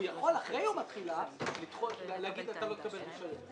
הוא יכול אחרי יום התחילה להגיד: אתה לא תקבל רישיון,